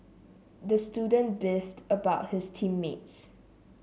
the student beefed about his team mates